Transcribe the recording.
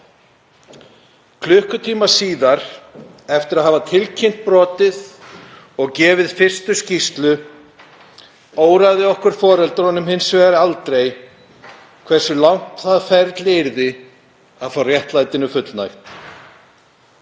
Klukkutíma síðar, eftir að hafa tilkynnt brotið og gefið fyrstu skýrslu, óraði okkur foreldrana hins vegar aldrei fyrir því hversu langt það ferli yrði að fá réttlætinu fullnægt.